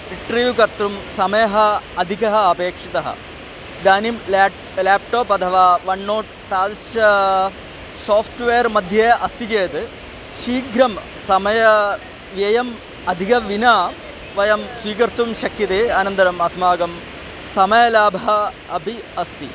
retrieve कर्तुं समयः अधिकः अपेक्षितः इदानीं लेट् लेप्टोप् अथवा वन् नोट् तादृशः साफ़्ट्वेर्मध्ये अस्ति चेत् शीघ्रं समयव्ययम् अधिकं विना वयं स्वीकर्तुं शक्यते अनन्तरम् अस्माकं समयलाभः अपि अस्ति